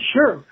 Sure